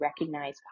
recognize